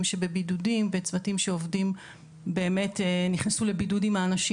שבבידודים וצוותים שעובדים באמת נכנסו לבידוד עם האנשים